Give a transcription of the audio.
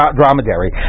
dromedary